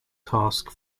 task